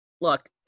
look